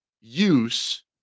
use